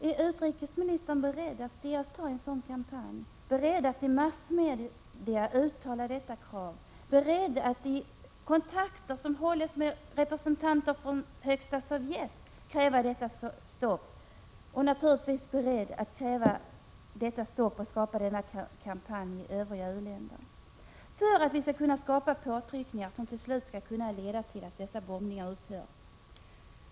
Är utrikesministern beredd att delta i en sådan kampanj, beredd att i massmedia uttala detta krav, beredd att i kontakterna med representanter för Sovjet kräva detta stopp samt beredd att kräva detta stopp och skapa denna kampanj i u-länderna, för att skapa påtryckningar som till slut kan leda till att bombningarna upphör?